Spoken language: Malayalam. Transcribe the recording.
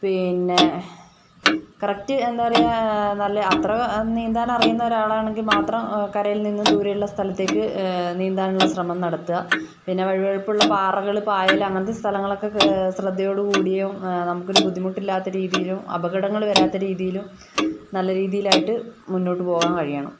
പിന്നെ കറക്ട് എന്താ പറയുക നല്ല അത്ര നീന്താൻ അറിയുന്നൊരു ആളാണെങ്കിൽ മാത്രം കരയിൽ നിന്നും ദൂരെയുള്ള സ്ഥലത്തേക്ക് നീന്താനുള്ള ശ്രമം നടത്തുക പിന്നെ വഴുവഴുപ്പുള്ള പാറകൾ പായൽ അങ്ങനത്തെ സ്ഥലങ്ങളൊക്കെ ശ്രദ്ധയോടു കൂടിയും നമുക്കൊരു ബുദ്ധിമുട്ടിലാത്ത രീതിയിലും അപകടങ്ങൾ വരാത്ത രീതിയിലും നല്ല രീതിയിലായിട്ട് മുന്നോട്ട് പോകാൻ കഴിയണം